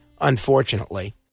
unfortunately